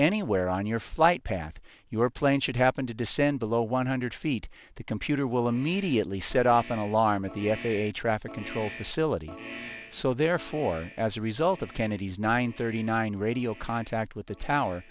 anywhere on your flight path your plane should happen to descend below one hundred feet the computer will immediately set off an alarm at the f a a traffic control facility so therefore as a result of kennedy's nine thirty nine radio contact with the tower